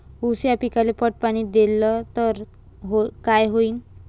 ऊस या पिकाले पट पाणी देल्ल तर काय होईन?